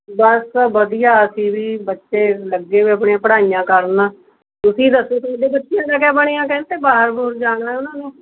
ਬਸ ਵਧੀਆ ਅਸੀਂ ਵੀ ਬੱਚੇ ਲੱਗੇ ਵੇ ਆਪਣੀਆਂ ਪੜ੍ਹਾਈਆਂ ਕਰਨ ਤੁਸੀਂ ਦੱਸੋ ਤੁਹਾਡੇ ਬੱਚਿਆਂ ਦਾ ਕਿਆ ਬਣਿਆ ਕਹਿੰਦੇ ਤੇ ਬਾਹਰ ਬੁਹਰ ਜਾਣਾ ਉਨ੍ਹਾਂ ਨੂੰ